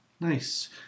Nice